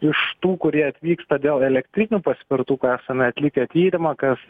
iš tų kurie atvyksta dėl elektrinių paspirtukų esame atlikę tyrimą kas